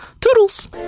Toodles